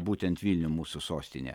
būtent vilnių mūsų sostinę